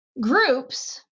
groups